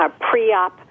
pre-op